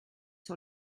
sur